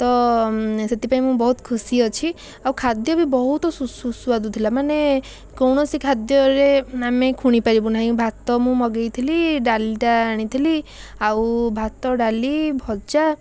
ତ ସେଥିପାଇଁ ମୁଁ ବହୁତ ଖୁସି ଅଛି ଆଉ ଖାଦ୍ୟ ବି ବହୁତ ସୁସ୍ୱାଦୁ ଥିଲା ମାନେ କୌଣସି ଖାଦ୍ୟରେ ଆମେ ଖୁଣି ପାରିବୁନାହିଁ ଭାତ ମୁଁ ମଗେଇ ଥିଲି ଡ଼ାଲିଟା ଆଣିଥିଲି ଆଉ ଭାତ ଡ଼ାଲି ଭଜା